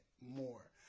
more